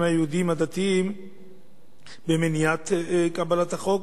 היהודיים הדתיים למניעת קבלת החוק?